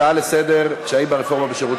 הצעה לסדר-היום: קשיים ברפורמה בשירות